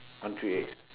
one three eight